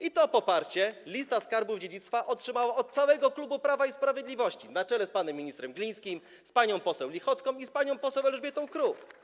I to poparcie Lista Skarbów Dziedzictwa otrzymała od całego klubu Prawa i Sprawiedliwości, na czele z panem ministrem Glińskim, z panią poseł Lichocką i z panią poseł Elżbietą Kruk.